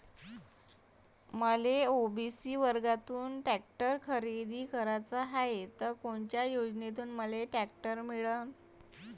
मले ओ.बी.सी वर्गातून टॅक्टर खरेदी कराचा हाये त कोनच्या योजनेतून मले टॅक्टर मिळन?